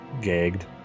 gagged